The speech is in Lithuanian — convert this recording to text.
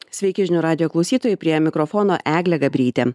sveiki žinių radijo klausytojai prie mikrofono eglė gabrytė